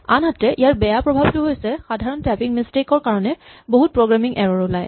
আনহাতে ইয়াৰ বেয়া প্ৰভাৱটো হৈছে সাধাৰণ টইপিং মিচটেক ৰ কাৰণে বহুত প্ৰগ্ৰেমিং এৰ'ৰ ওলায়